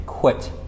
Quit